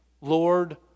Lord